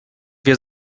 wir